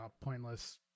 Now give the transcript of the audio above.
pointless